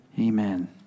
amen